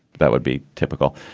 that would be typical.